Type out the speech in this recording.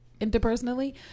interpersonally